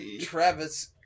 Travis